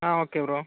ah okay bro